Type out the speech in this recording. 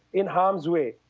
in harm's way.